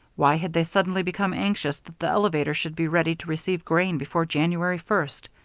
why had they suddenly become anxious that the elevator should be ready to receive grain before january first,